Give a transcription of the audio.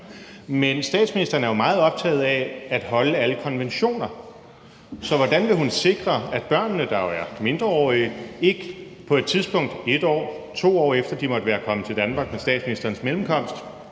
Men statsministeren er jo meget optaget af at overholde alle konventioner. Så hvordan vil hun sikre, at børnene, der jo er mindreårige, ikke på et tidspunkt, 1 år eller 2 år efter at de måtte være kommet til Danmark ved statsministerens mellemkomst,